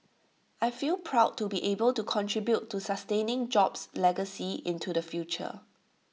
I feel proud to be able to contribute to sustaining jobs' legacy into the future